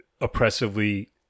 oppressively